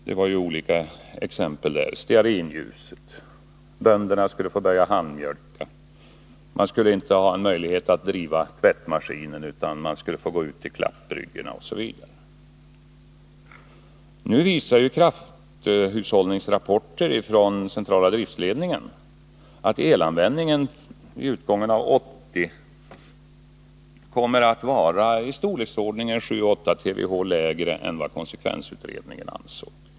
Man gav olika exempel på detta: stearinljuset, bönderna skulle få börja handmjölka, man skulle inte ha möjlighet att driva sin tvättmaskin utan man skulle få gå till klappbryggorna osv. Nu visar krafthushållningsrapporter från centrala driftledningen att elanvändningen vid utgången av 1980 kommer att ligga på i storleksordningen 7 å 8 TWh lägre än vad konsekvensutredningen ansåg.